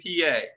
PA